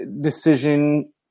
decision